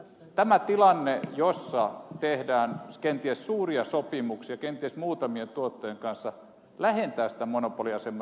tämä tilanne jossa tehdään kenties suuria sopimuksia kenties muutamien tuottajien kanssa lähenee sitä monopoliasetelmaa